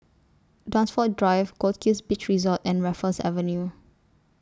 Dunsfold Drive Goldkist Beach Resort and Raffles Avenue